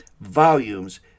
volumes